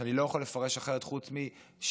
שאני לא יכול לפרש אחרת חוץ מ"שיהיה"